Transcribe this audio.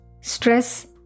Stress